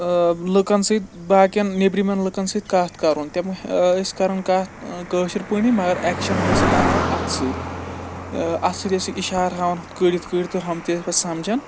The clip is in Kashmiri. لُکَن سۭتۍ باقٕیَن نیٚبرِمٮ۪ن لُکَن سۭتۍ کَتھ کَرُن تِم ٲسۍ کَران کَتھ کٲشِر پٲٹھی مگر اٮ۪کشَن ہٲسِک ہاوان اَتھٕ سۭتۍ اَتھ سۭتۍ ٲسِکھ اِشار ہاوان ہُتھ کٔنۍ یِتھ کٔنۍ تہٕ ہُم تہِ ٲسۍ پَتہٕ سَمجھان